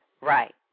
Right